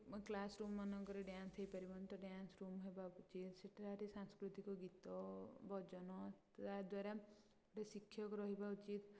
class ରୁମମାନଙ୍କରେ dance ହେଇପାରିବନି ତ ଡ୍ୟାନ୍ସ ରୁମ ହେବା ଉଚିତ୍ ସେଠାରେ ସାଂସ୍କୃତିକ ଗୀତ ଭଜନ ଯାହା ଦ୍ୱାରା ଶିକ୍ଷକ ରହିବା ଉଚିତ୍